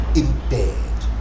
impaired